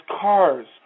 cars